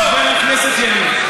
חבר הכנסת ילין,